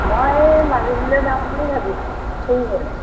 মই মাজুলীলৈ যাম বুলি ভাবিছোঁ ফুৰিবলৈ